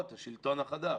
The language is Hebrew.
לרבות מה"שלטון החדש".